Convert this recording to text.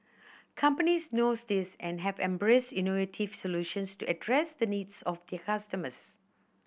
companies knows this and have embraced innovative solutions to address the needs of their customers